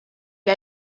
que